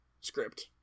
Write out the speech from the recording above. script